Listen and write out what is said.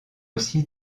aussi